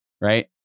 right